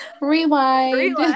rewind